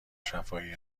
شفاهی